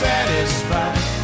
Satisfied